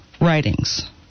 writings